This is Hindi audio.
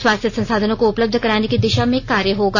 स्वास्थ्य संसाधनों को उपलब्ध कराने की दिशा में कार्य होगा